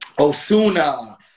Osuna